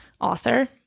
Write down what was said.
author